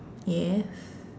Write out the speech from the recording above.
yes